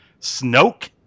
Snoke